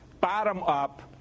bottom-up